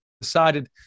decided